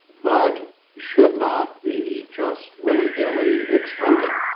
but should not be just willy-nilly excluded.